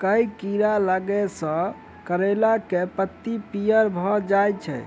केँ कीड़ा लागै सऽ करैला केँ लत्ती पीयर भऽ जाय छै?